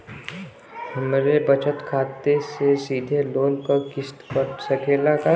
हमरे बचत खाते से सीधे लोन क किस्त कट सकेला का?